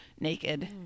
naked